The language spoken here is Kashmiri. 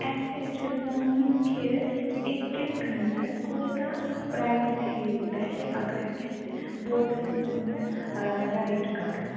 اَسہِ حظ چھُ زانُن کہِ أکِس گَنٹَس کوتاہ پرایس ہیٚیِو تُہۍ اگر أسۍ بوٹَس مَنٛز رایڈ کَرو